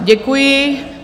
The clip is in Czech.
Děkuji.